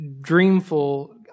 dreamful